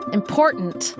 important